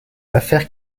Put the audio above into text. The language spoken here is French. affaires